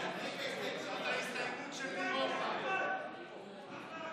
ההסתייגות (45) של חברת הכנסת